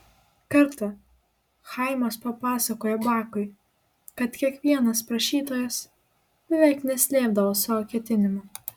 kartą chaimas papasakojo bakui kad kiekvienas prašytojas beveik neslėpdavo savo ketinimų